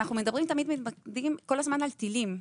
שאנחנו תמיד מתמקדים על טילים,